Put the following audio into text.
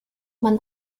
man